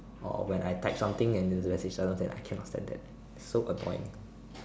or when I type something and it's message says that I cannot stand it so annoying